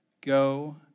Go